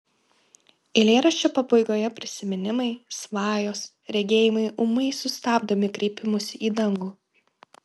eilėraščio pabaigoje prisiminimai svajos regėjimai ūmai sustabdomi kreipimusi į dangų